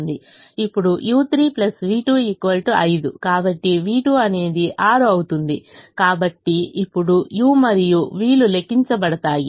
ఇప్పుడుu3 v2 5 కాబట్టి v2 అనేది 6 అవుతుంది కాబట్టి ఇప్పుడు u మరియు v లు లెక్కించబడతాయి